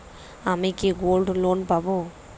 আমি কি gold loan পাবো?